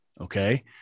Okay